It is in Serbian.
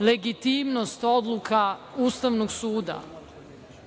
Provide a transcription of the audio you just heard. legitimnost odluka Ustavnog suda. Što